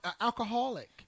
alcoholic